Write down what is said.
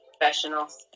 professionals